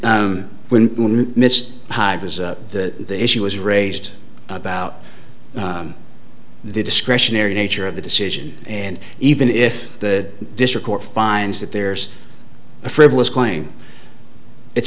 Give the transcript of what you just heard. was the issue was raised about the discretionary nature of the decision and even if the district court finds that there's a frivolous claim it's